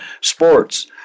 sports